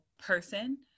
person